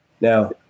Now